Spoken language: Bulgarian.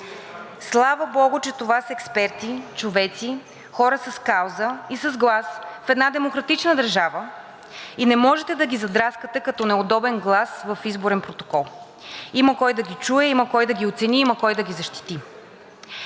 Слава богу, че това са експерти, човеци, хора с кауза и с глас в една демократична държава и не можете да ги задраскате като неудобен глас в изборен протокол. Има кой да ги чуе, има кой да ги оцени, има кой да ги защити.